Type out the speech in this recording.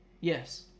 yes